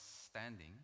standing